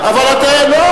אבל הוא צבוע.